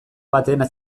baten